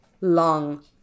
long